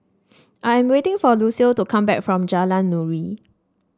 I am waiting for Lucio to come back from Jalan Nuri